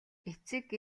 эцэг